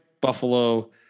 Buffalo